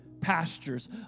pastures